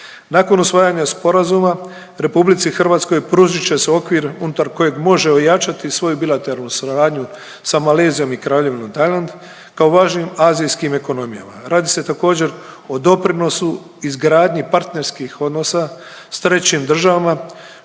Nakon usvajanja sporazuma RH pružit će se okvir unutar kojeg može ojačati svoju bilateralnu suradnju sa Malezijom i Kraljevinom Tajland kao važnim azijskim ekonomijama. Radi se također o doprinosu izgradnji partnerskih odnosa s trećim državama